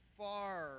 far